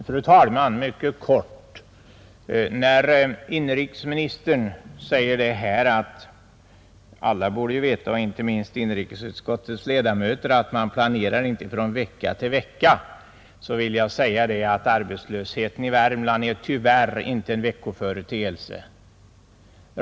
Fru talman! Inrikesministern säger att alla borde veta, inte minst inrikesutskottets ledamöter, att man planerar inte från vecka till vecka. Men arbetslösheten i Värmland är tyvärr inte en veckoföreteelse.